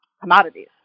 commodities